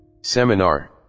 Seminar